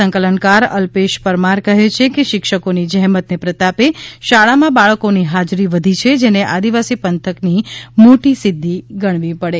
સંકલનકાર અલ્પેશ પરમાર કહે છે કે શિક્ષકોની જહેમતને પ્રતાપે શાળામાં બાળકોની હાજરી વધી છે જેને આદિવાસી પંથક ની મોટી સિધ્ધી ગણવી પડે